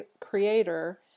creator